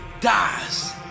dies